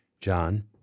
John—